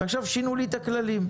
ועכשיו שינו לי את הכללים.